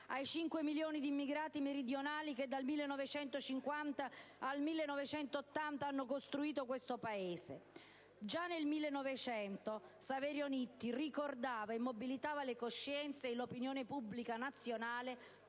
dai 5 milioni di migranti meridionali che dal 1950 al 1980 hanno costruito questo Paese. Già nel 1900 Saverio Nitti ricordava e mobilitava le coscienze e l'opinione pubblica nazionale